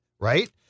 right